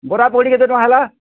ବରା ପକ୍ଡ଼ି କେତେ ଟଙ୍କା ହେଲା